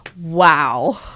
Wow